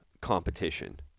competition